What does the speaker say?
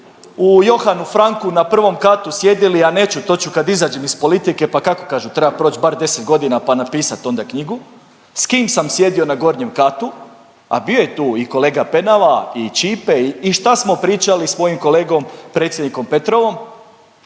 u Johannu Francku na I katu sjedili, a neću, to ću kad izađem iz politike pa kako kažu treba proć bar 10 godina pa napisat onda knjigu, s kim sam sjedio na gornjem katu, a bio je tu i kolega Penava i Ćipe i šta smo pričali s mojim kolegom predsjednikom Petrovom